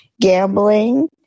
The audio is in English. gambling